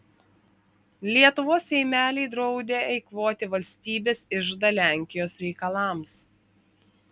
lietuvos seimeliai draudė eikvoti valstybės iždą lenkijos reikalams